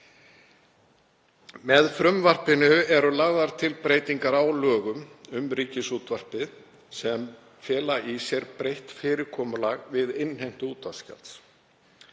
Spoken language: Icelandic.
Með frumvarpinu eru lagðar til breytingar á lögum um Ríkisútvarpið sem fela í sér breytt fyrirkomulag við innheimtu útvarpsgjalds.